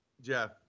Jeff